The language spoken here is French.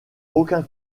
aucun